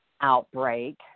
outbreak